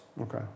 Okay